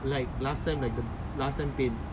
like last time like the last time pain